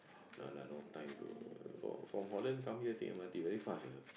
no lah no time to from from Holland come here take m_r_t very fast ah